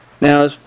Now